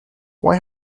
why